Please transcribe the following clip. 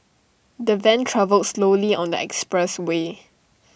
the van travelled slowly on the expressway